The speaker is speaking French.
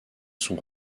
sont